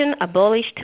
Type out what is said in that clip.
abolished